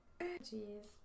Jeez